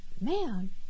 man